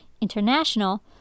International